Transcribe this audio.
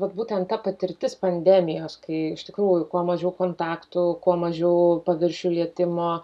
vat būtent ta patirtis pandemijos kai iš tikrųjų kuo mažiau kontaktų kuo mažiau paviršių lietimo